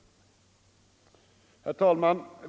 Herr talman!